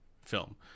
film